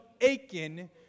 Aiken